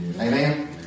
Amen